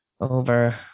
over